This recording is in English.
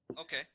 Okay